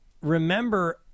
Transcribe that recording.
remember